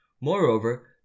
Moreover